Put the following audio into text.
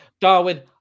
Darwin